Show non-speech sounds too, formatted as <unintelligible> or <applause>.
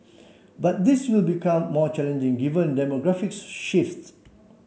but this will become more challenging given demographic <unintelligible> shifts